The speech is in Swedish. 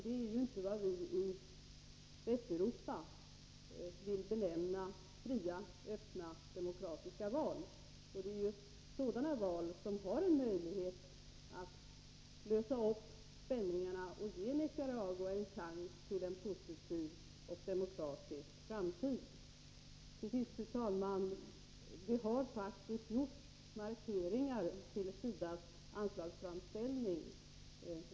Det är inte vad vi i Västeuropa vill benämna fria, öppna och demokratiska val. Det är sådana val som ökar möjligheterna att lösa upp spänningarna och ge Nicaragua en chans till en positiv och demokratisk framtid. Till sist, fru talman, vill jag säga att det faktiskt gjorts markeringar till SIDA:s anslagsframställning.